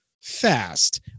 fast